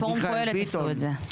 פורום קהלת עשו את זה.